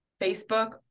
facebook